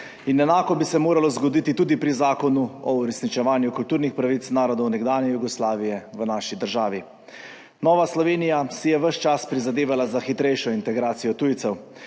Enako bi se moralo zgoditi tudi pri zakonu o uresničevanju kulturnih pravic narodov nekdanje Jugoslavije v naši državi. Nova Slovenija si je ves čas prizadevala za hitrejšo integracijo tujcev.